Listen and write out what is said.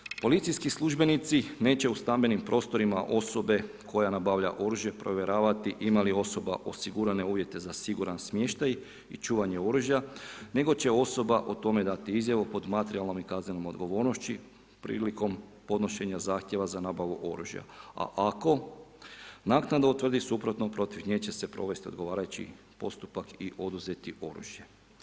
Također policijski službenici neće u stambenim prostorima osobe koja nabavlja oružje provjeravati ima li osoba osigurane uvjete za siguran smještaj i čuvanje oružja, nego će osoba o tome dati izjavu pod materijalnom i kaznenom odgovornošću prilikom podnošenja zahtjeva za nabavu oružja, a ako naknadno utvrdi suprotno protiv nje će se provesti odgovarajući postupak i oduzeti oružje.